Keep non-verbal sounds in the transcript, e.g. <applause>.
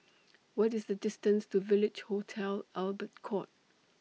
<noise> What IS The distance to Village Hotel Albert Court